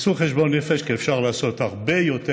תעשו חשבון נפש, כי אפשר לעשות הרבה יותר